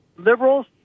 Liberals